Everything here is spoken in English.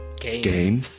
Game